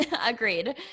Agreed